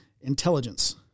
intelligence